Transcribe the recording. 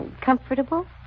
Comfortable